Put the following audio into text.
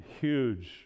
huge